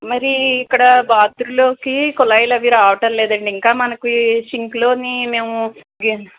మరి ఇక్కడ బాత్రూం లోకి కుళాయిలు అవి రావటం లేదండి ఇంకా మనకి సింక్లోని మేము